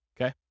Okay